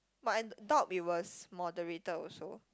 but I doubt it was moderated also